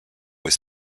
was